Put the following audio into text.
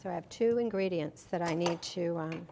so i have two ingredients that i need to